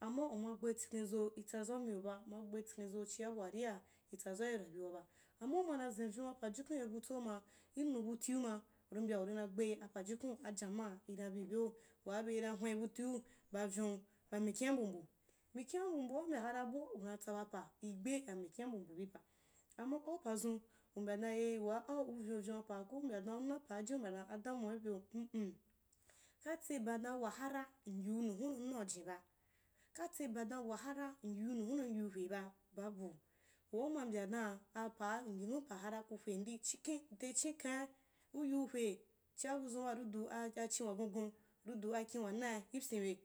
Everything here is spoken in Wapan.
Amma uma gbetsikhen zo itsa zau miyoba uma gbetsikhenzo chia baa ria itsazauyo rayuwaba, amma uma na zenuyon ba pajukan ibe butsoma, inubutiu ma iri mbya urina gbe apa jukun ajamaa inai bi beu, waa bei na hwea butiu, ba vyon, ba mikina mba mbu, mikina mba mbua u mbya hara bua unatsa bapa igbei mikina mba mbu iyi pa, amma au pazun, u mbya dan eh waa au u vyonvyon bapa ko u mbya dan paajin kou mbya dan adamuwa ibeu m m, katseba dan wahara n yiunu hunna uuaujinba, katseba dan wahara m yiunu hunna m yiuhweba, babu, waa uma mbya dan apahara m yinu pahara kuhwendi chikhen techin khai, uyiuhwe, chia buzzun ba, uri du a- achin waguagun, uri du akin wanai lpyinbe,